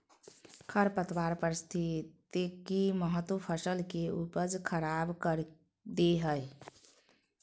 खरपतवार पारिस्थितिक महत्व फसल के उपज खराब कर दे हइ